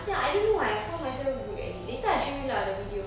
ya I don't know why I found myself good at it later I show you lah the video